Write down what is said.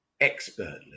expertly